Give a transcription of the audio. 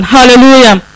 Hallelujah